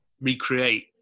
recreate